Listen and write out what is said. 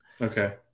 Okay